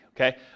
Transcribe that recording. okay